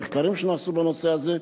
מחקרים שנעשו בנושא הזה.